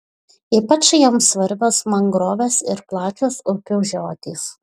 ypač joms svarbios mangrovės ir plačios upių žiotys